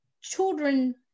children